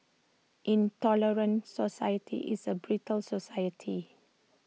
intolerant society is A brittle society